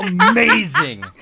amazing